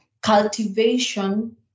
cultivation